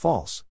False